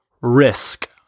risk